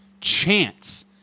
chance